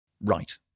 Right